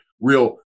real